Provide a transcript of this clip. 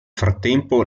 frattempo